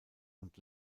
und